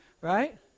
Right